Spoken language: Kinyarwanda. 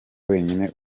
wenyine